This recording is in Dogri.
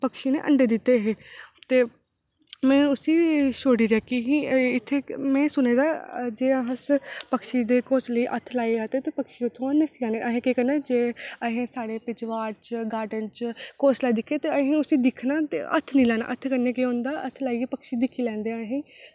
पक्षी नै अंडे दित्ते हे ते में उसी छोड़ी ओड़ेआ कि के इत्थै में सुने दा कि जि'यां अस पक्षी दे घौंसले ई हत्थ लाई लैचे ते पक्षी उत्थुआं नस्सी जंदे ते असें नै सारे पिछवाड़ च असें घौंसला दिक्खना ते असें उसी दिक्खना ते हत्थ निं लाना ते हत्थ कन्नै केह् होंदा कि हत्थ लांदे पक्षी दिक्खी लैंदे असें ई